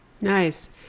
nice